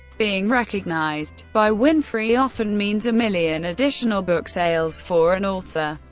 being recognized by winfrey often means a million additional book sales for an author.